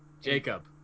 Jacob